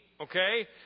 Okay